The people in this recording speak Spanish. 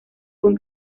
con